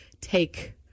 take